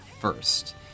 first